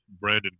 Brandon